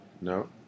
no